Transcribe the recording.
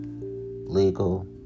legal